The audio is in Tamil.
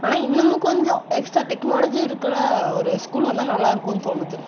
ஆனால் இன்னமும் கொஞ்சம் எக்ஸ்ட்ரா டெக்னாலஜி இருக்கிற ஒரு ஸ்கூல் வந்தா நல்லாயிருக்கும்னு தோணுது